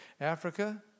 Africa